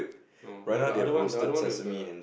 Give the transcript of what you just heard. no no the other one the other one with the